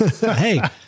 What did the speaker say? Hey